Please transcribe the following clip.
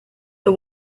the